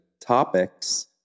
topics